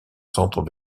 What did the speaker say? centre